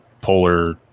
polar